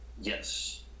Yes